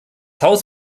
haus